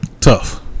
tough